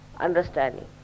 understanding